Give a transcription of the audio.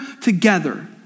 together